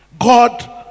God